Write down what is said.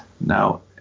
Now